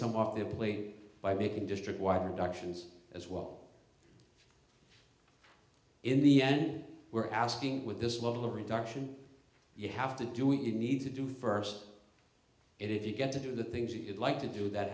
some of the playing by making district wide productions as well in the end we're asking with this level of reduction you have to do what you need to do first and if you get to do the things that you'd like to do that